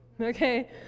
okay